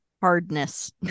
hardness